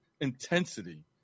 intensity